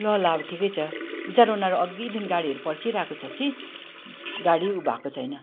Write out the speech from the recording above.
ल ल अब ठिकै छ विचरा उनीहरू अघिदेखि गाडीहरू पर्खिरहेको छ कि गाडी उ भएको छैन